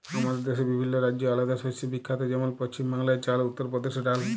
আমাদের দ্যাশে বিভিল্ল্য রাজ্য আলেদা শস্যে বিখ্যাত যেমল পছিম বাংলায় চাল, উত্তর পরদেশে ডাল